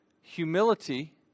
humility